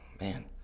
man